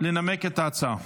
לנמק את ההצעה.